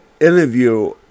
interview